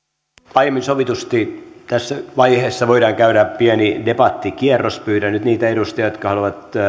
aiemmin sovitusti tässä vaiheessa voidaan käydä pieni debattikierros pyydän nyt niitä edustajia jotka haluavat